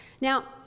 Now